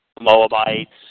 Moabites